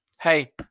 Hey